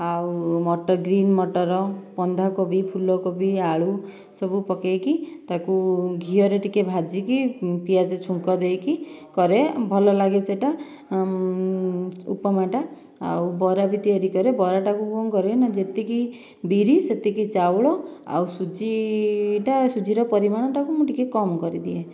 ଆଉ ମଟର ଗ୍ରୀନ ମଟର ବନ୍ଧା କୋବି ଫୁଲ କୋବି ଆଳୁ ସବୁ ପକେଇକି ତାକୁ ଘିଅରେ ଟିକିଏ ଭାଜିକି ପିଆଜ ଛୁଙ୍କ ଦେଇକି କରେ ଭଲ ଲାଗେ ସେଇଟା ଉପମାଟା ଆଉ ବରା ବି ତିଆରି କରେ ବରା ଟାକୁ କଣ କରେ ଯେତିକି ବିରି ସେତିକି ଚାଉଳ ଆଉ ସୁଜି ଟା ସୁଜିର ପରିମାଣ ଟାକୁ ମୁଁ ଟିକେ କମ କରେ କରିଦିଏ